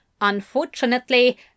Unfortunately